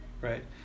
right